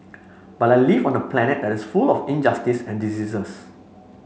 but I live on a planet that is full of injustice and diseases